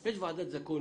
יש ועדת זכאות